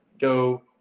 go